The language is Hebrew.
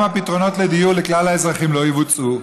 גם הפתרונות לדיור לכלל האזרחים לא יבוצעו.